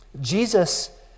Jesus